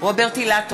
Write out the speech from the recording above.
רוברט אילטוב,